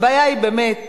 הבעיה היא באמת,